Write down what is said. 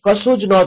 કશું જ નહોતું